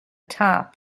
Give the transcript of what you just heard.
top